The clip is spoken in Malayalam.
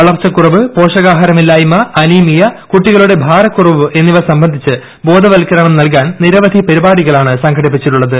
വളർച്ചക്കുറവ് പോഷകാഹാരമില്ലായ്മ അന്നീമിയ കുട്ടികളുടെ ഭാരക്കുറവ് എന്നിവ സംബന്ധിച്ച് ബ്രോകവത്കരണം നൽകാൻ നിരവധി പരിപാടികളാണ് സംഘട്ടിപ്പിച്ചിട്ടുള്ളത്